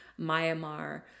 Myanmar